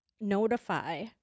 notify